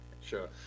sure